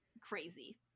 crazy